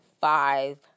five